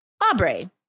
Aubrey